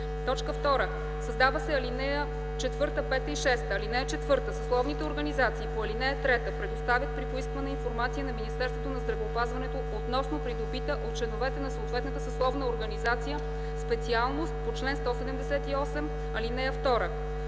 2. Създават се ал. 4, 5 и 6: „(4) Съсловните организации по ал. 3 предоставят при поискване информация на Министерството на здравеопазването относно придобита от членове на съответната съсловна организация специалност по чл. 178, ал. 2.